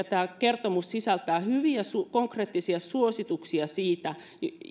tämä kertomus sisältää hyviä konkreettisia suosituksia siitä